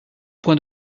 point